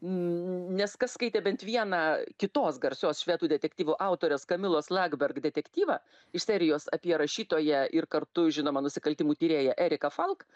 nes kas skaitė bent vieną kitos garsios švedų detektyvų autorės kamilos lakberg detektyvą iš serijos apie rašytoją ir kartu žinomą nusikaltimų tyrėją eriką falk